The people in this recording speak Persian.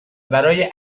برای